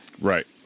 Right